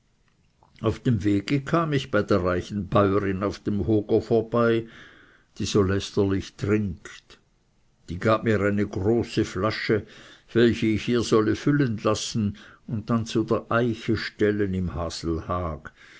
auf dem wege kam ich bei der reichen bäuerin auf dem hoger vorbei die so lästerlich trinkt die gab mir eine große flasche welche ich ihr solle füllen lassen und dann zu der eiche stellen im